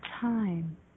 time